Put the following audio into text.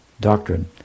doctrine